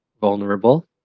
vulnerable